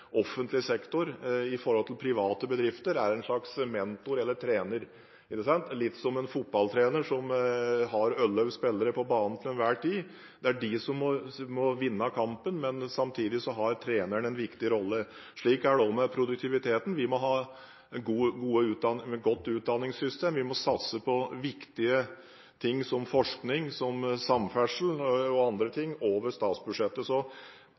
er en slags mentor eller trener i forhold til private bedrifter, litt som en fotballtrener som har elleve spillere på banen til enhver tid. Det er de som må vinne kampen, men samtidig har treneren en viktig rolle. Slik er det også med produktiviteten. Vi må ha et godt utdanningssystem, vi må satse på viktige ting som forskning, samferdsel og andre ting over statsbudsjettet. Selv om en hadde en produktivitetskommisjon som så